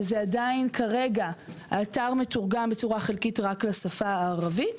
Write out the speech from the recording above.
כרגע האתר מתורגם בצורה חלקית רק לשפה הערבית,